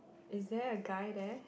is there a guy there